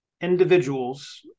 individuals